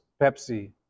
pepsi